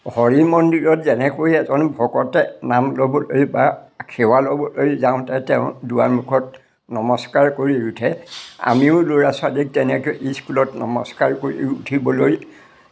হৰি মন্দিৰত যেনেকৈ এজন ভকতে নাম ল'বলৈ বা সেৱা ল'বলৈ যাওঁতে তেওঁ দুৱাৰমুখত নমস্কাৰ কৰি উঠে আমিও ল'ৰা ছোৱালীক তেনেকৈ স্কুলত নমস্কাৰ কৰি উঠিবলৈ